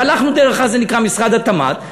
הלכנו דרך מה שנקרא אז משרד התמ"ת,